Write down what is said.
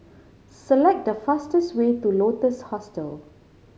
select the fastest way to Lotus Hostel